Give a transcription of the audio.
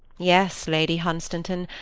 yes, lady hunstanton.